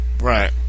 Right